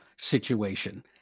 situation